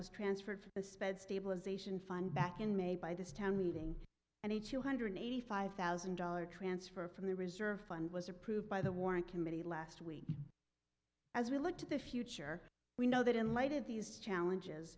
was transferred from a sped stabilization fund back in may by this town meeting and the two hundred eighty five thousand dollars transfer from the reserve fund was approved by the warren committee last week as we look to the future we know that in light of these challenges